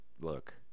Look